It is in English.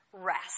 rest